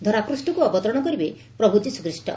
ଧରାପୂଷକୁ ଅବତରଣ କରିବେ ପ୍ରଭୁ ଯୀଶୁଖ୍ରୀଷ